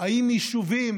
אם יישובים